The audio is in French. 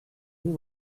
vous